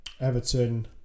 Everton